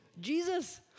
Jesus